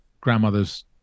grandmother's